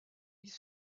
ils